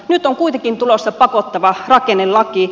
nyt on kuitenkin tulossa pakottava rakennelaki